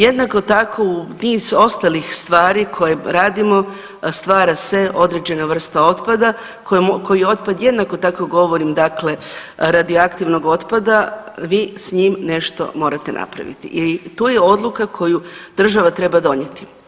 Jednako tako u niz ostalih stvari koje radimo stvara se određena vrsta otpada koji otpad jednako tako govorim dakle radioaktivnog otpada vi s njim nešto morate napraviti i to je odluka koju država treba donijeti.